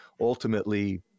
ultimately